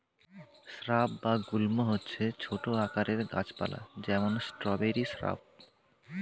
shrub বা গুল্ম হচ্ছে ছোট আকারের গাছ পালা, যেমন স্ট্রবেরি শ্রাব